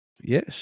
Yes